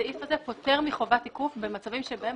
הסעיף הזה פוטר מחובת תיקוף במצבים שבהם